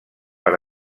per